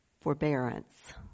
forbearance